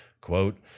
Quote